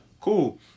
cool